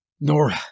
Nora